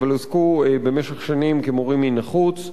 אבל הועסקו במשך שנים כמורים מן החוץ,